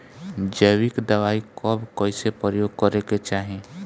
जैविक दवाई कब कैसे प्रयोग करे के चाही?